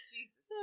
Jesus